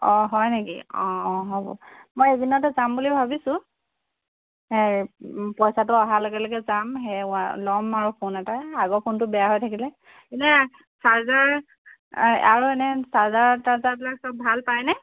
অঁ হয় নেকি অঁ অঁ হ'ব মই এইকেইদিনতে যাম বুলি ভাবিছোঁ পইচাটো অহাৰ লগে লগে যাম সেই ল'ম আৰু ফোন এটা আগৰ ফোনটো বেয়া হৈ থাকিলে এনেই চাৰ্জাৰ আৰু এনেই চাৰ্জাৰ তাৰ্জাৰবিলাক চব ভাল পায়নে